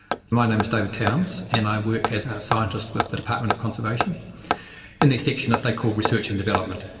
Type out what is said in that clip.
my name is david towns and i work as a scientist with the department of conservation in the section that they call research and development.